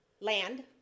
land